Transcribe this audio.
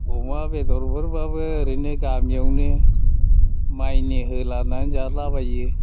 अमा बेदरफोरबाबो ओरैनो गामियावनो माइनि होलानानै जालाबायो